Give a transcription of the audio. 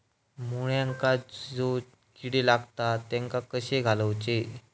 मुळ्यांका जो किडे लागतात तेनका कशे घालवचे?